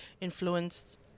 influenced